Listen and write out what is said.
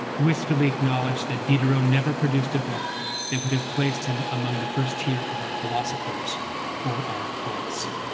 wistfully acknowledged that diderot never produced a book that would have placed him among the first tier of our philosophers or our poets.